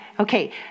Okay